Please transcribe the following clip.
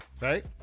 right